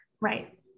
Right